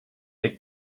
eight